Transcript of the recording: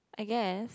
I guess